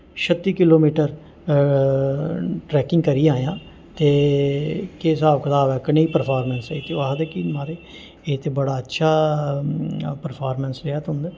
छत्ती kilometre trekking करी आया ते केह् स्हाब कताब ऐ कनेही परफॉर्मेंस रेही ते ओह् आखदे कि म्हाराज एह् ते बड़ा अच्छा परफॉर्मेंस रेहा